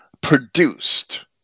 produced